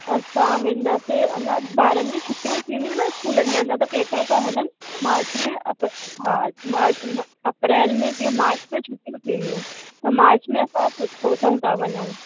असां वेंदासीं अञा ॿारनि जी छुटियूं थींदियूं न स्कूलनि जी अञा त पेपर था हलनि मार्च में हा मार्च अप्रेल में मार्च छुटियूं थींदियूं त मार्च में असां सोचूं त वञूं